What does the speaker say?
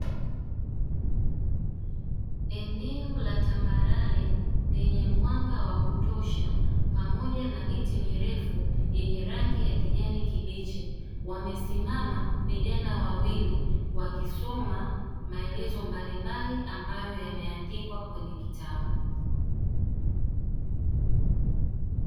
Eneo la tambarare lenye mwanga wa kutosha pamoja na miti mirefu yenye rangi ya kijani kibichi, wamesimama vijana wawili wakisoma maelezo mbalimbali ambayo yamendikwa kwenye kitabu.